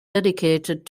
dedicated